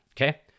okay